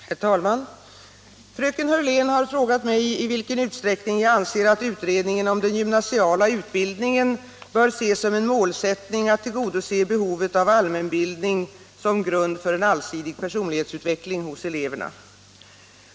Herr talman! Fröken Hörlén har frågat mig i vilken utsträckning jag anser att utredningen om den gymnasiala utbildningen bör se som en målsättning att tillgodose behovet av allmänbildning som grund för en allsidig personlighetsutveckling hos eleverna.